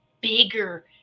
bigger